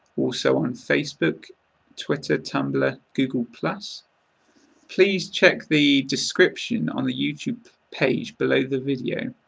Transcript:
also on facebook twitter tumblr google plus please check the description on the youtube page below the video.